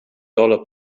dollar